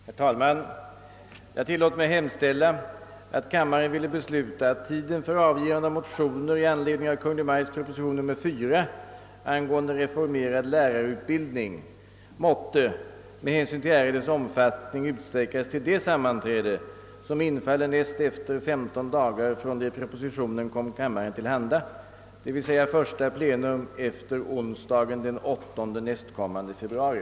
Herr talman! Jag tillåter mig hemställa, att kammaren ville besluta, att tiden för avgivande av motioner i anledning av Kungl. Maj:ts proposition nr 4, angående reformerad lärarutbildning, måtte med hänsyn till ärendets omfattning utsträckas till det sammanträde, som infaller näst efter femton dagar från det propositionen kom kammaren till handa, d.v.s. första plenum efter onsdagen den 8 nästkommande februari.